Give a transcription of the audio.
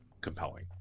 compelling